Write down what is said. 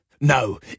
No